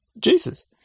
Jesus